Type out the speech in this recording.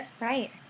right